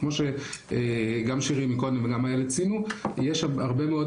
כמו שגם שירי וגם איילת ציינו קודם, יש הרבה מאוד